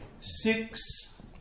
six